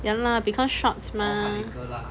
ya lah because shots mah